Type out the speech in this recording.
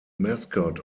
mascot